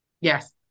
Yes